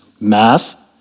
math